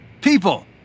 People